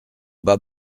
bas